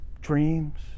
dreams